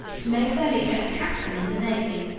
to make their leader a captain in the navy,